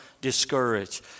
discouraged